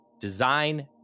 Design